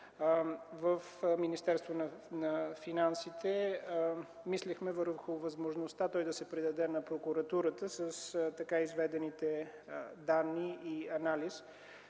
в Министерството на финансите мислихме върху възможността той да се предаде на прокуратурата с така изведените данни и анализ.